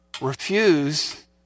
Refuse